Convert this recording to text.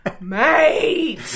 mate